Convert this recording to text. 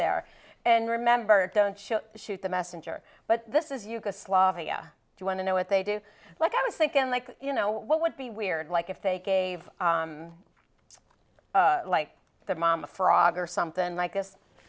there and remember don't shoot the messenger but this is yugoslavia do you want to know what they do like i was thinking like you know what would be weird like if they cave like the mamma frog or something like